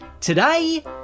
Today